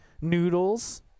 Noodles